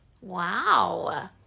Wow